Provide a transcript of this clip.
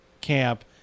camp